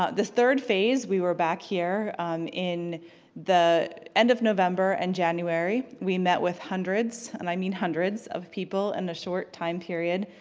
ah this third phase we were back here in the end of november and january we met with hundreds, and i mean hundreds, of people in a short time period,